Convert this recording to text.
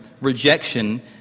rejection